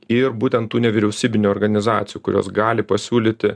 ir būtent tų nevyriausybinių organizacijų kurios gali pasiūlyti